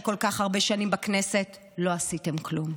כל כך הרבה שנים בכנסת לא עשיתם כלום.